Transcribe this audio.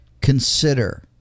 consider